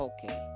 Okay